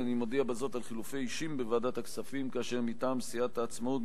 אני מודיע בזאת על חילופי אישים בוועדת הכספים: מטעם סיעת העצמאות,